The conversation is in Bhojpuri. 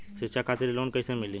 शिक्षा खातिर लोन कैसे मिली?